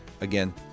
Again